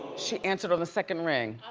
she answered on the second ring.